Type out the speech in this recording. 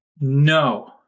No